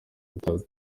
gutaka